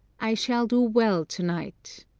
i shall do well tonight.